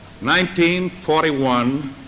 1941